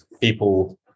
people